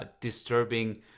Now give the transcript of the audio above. disturbing